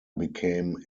became